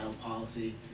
policy